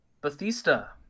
Bethesda